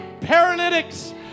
paralytics